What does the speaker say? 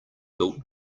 built